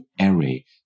array